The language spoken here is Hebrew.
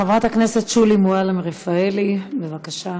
חברת הכנסת שולי מועלם-רפאלי, בבקשה.